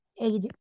eight